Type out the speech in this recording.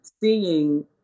seeing